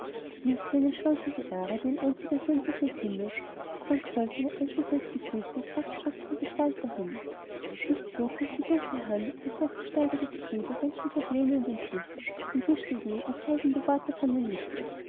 nicht wie die schwanke aehre die ein einziger sensenschnitt hinmäht sank solch eine eisenfest gefügte kraftstrotzende gestalt dahin nicht so griff die dunkle hand in das hochgesteigerte getriebe menschlicher pläne und entschlüsse und wischte jäh entscheidende worte von den lippen